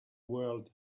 world